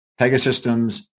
Pegasystems